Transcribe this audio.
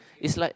is like